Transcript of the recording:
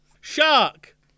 Shark